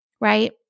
Right